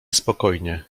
spokojnie